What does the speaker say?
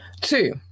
two